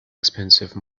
expensive